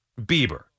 Bieber